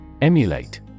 Emulate